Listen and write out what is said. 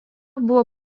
buvo